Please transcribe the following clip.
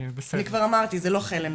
אני כבר אמרתי - זה לא חלם,